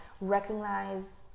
recognize